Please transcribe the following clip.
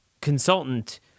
consultant